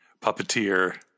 puppeteer